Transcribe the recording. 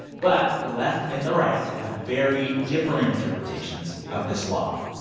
but the left and the right have very differing interpretations of this law.